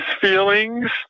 feelings